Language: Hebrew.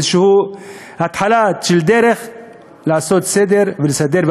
איזושהי התחלה של דרך לעשות סדר ולסדר.